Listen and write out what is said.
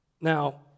Now